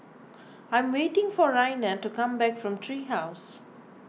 I'm waiting for Raina to come back from Tree House